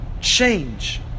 Change